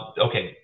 okay